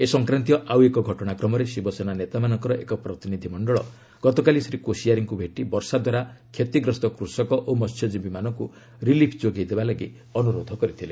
ଏ ସଂକ୍ରାନ୍ତୀୟ ଆଉ ଏକ ଘଟଣା କ୍ରମରେ ଶିବସେନା ନେତାମାନଙ୍କର ଏକ ପ୍ରତିନିଧି ଦଳ ଗତକାଲି ଶ୍ରୀ କୋଶିଆରୀଙ୍କୁ ଭେଟି ବର୍ଷା ଦ୍ୱାରା କ୍ଷତିଗ୍ରସ୍ତ କୃଷକ ଓ ମହ୍ୟଜୀବୀମାନଙ୍କୁ ରିଲିଫ ଯୋଗାଇ ଦେବାପାଇଁ ଅନୁରୋଧ କରିଥିଲେ